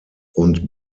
und